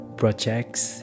projects